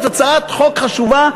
זאת הצעת חוק חשובה,